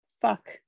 Fuck